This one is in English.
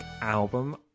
album